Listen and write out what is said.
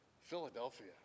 Philadelphia